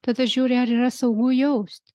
tada žiūri ar yra saugu jaust